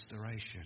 restoration